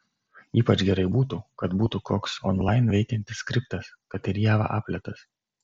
ypač gerai būtų kad būtų koks onlain veikiantis skriptas kad ir java apletas